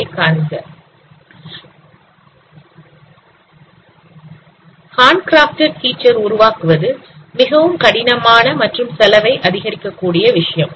handcrafted feature உருவாக்குவது மிகவும் கடினமான மற்றும் செலவை அதிகரிக்க கூடிய விஷயம்